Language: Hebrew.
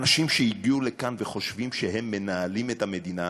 אנשים שהגיעו לכאן וחושבים שהם מנהלים את המדינה,